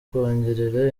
kongerera